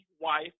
wife